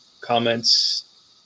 Comments